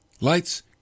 Lights